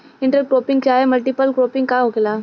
Inter cropping चाहे multiple cropping का होखेला?